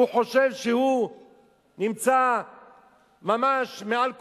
הוא חושב שהוא נמצא ממש מעל כולם.